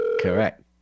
Correct